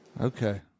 Okay